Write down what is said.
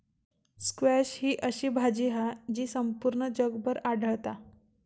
squash ही अशी भाजी हा जी संपूर्ण जगभर आढळता